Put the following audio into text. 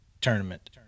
tournament